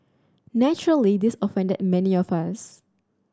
naturally this offended many of us